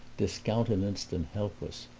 discountenanced and helpless,